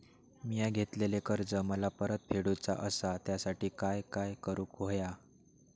मिया घेतलेले कर्ज मला परत फेडूचा असा त्यासाठी काय काय करून होया?